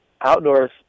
outdoors